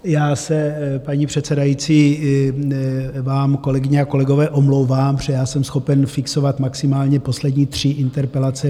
Já se, paní předsedající, vám, kolegyně a kolegové, omlouvám, protože já jsem schopen fixovat maximálně poslední tři interpelace.